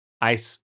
ice